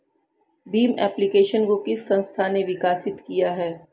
Bhim application को किस संस्था ने विकसित किया है?